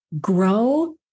grow